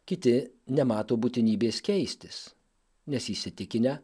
kiti nemato būtinybės keistis nes įsitikinę